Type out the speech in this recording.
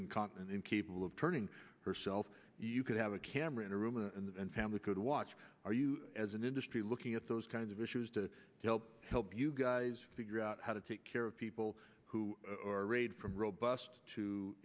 incontinent incapable of turning herself you could have a camera in a room and family could watch are you as an industry looking at those kinds of issues to help help you guys figure out how to take care of people who raid from robust to